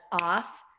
off